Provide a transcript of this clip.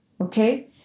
okay